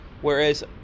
Whereas